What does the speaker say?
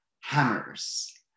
hammers